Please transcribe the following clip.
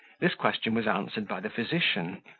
this question was answered by the physician,